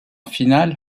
finale